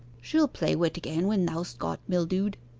she'll play wi'it again when thou'st got mildewed